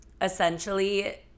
essentially